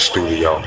Studio